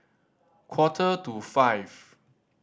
quarter to five